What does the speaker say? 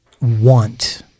want